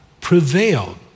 prevailed